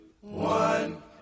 one